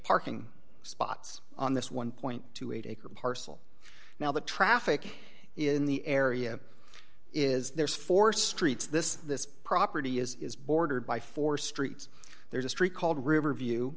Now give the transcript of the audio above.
parking spots on this one dollar acre parcel now the traffic in the area is there's four streets this this property is bordered by four streets there's a street called river view